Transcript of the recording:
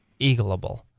eagleable